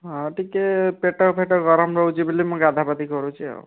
ହଁ ଟିକିଏ ପେଟ ଫେଟ ଗରମ ରହୁଛି ବୋଲି ମୁଁ ଗାଧା ଗାଧି କରୁଛି ଆଉ